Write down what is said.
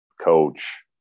coach